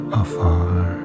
afar